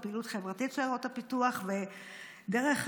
ודרך